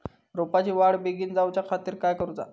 रोपाची वाढ बिगीन जाऊच्या खातीर काय करुचा?